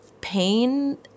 pain